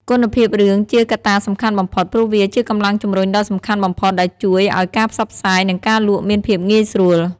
គុណភាពរឿងជាកត្តាសំខាន់បំផុត ព្រោះវាជាកម្លាំងជំរុញដ៏សំខាន់បំផុតដែលជួយឲ្យការផ្សព្វផ្សាយ និងការលក់មានភាពងាយស្រួល។